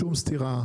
שום סתירה,